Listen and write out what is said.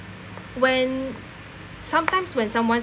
when sometimes when someone